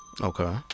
Okay